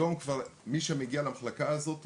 היום מי שמגיע למחלקה הזאת,